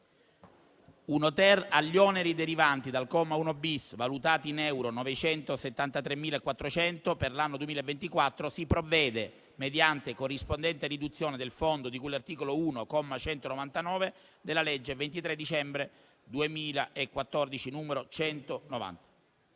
1-*ter*. Agli oneri derivanti dal comma 1-*bis*, valutati in euro 973.400,00 per l'anno 2024 si provvede mediante corrispondente riduzione del fondo di cui all'articolo 1, comma 199, della legge 23 dicembre 2014, n. 190.".